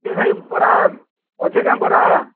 ଏ ଭାଇ ବରା ଅଛେ କେଁ ବରା